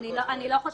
אני לא חושבת.